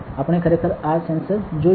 આપણે ખરેખર આ સેન્સર જોશું